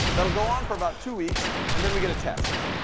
that'll go on for about two weeks, and then we get a test.